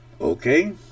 okay